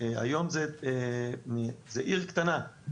היום זו עיר קטנה.